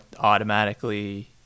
automatically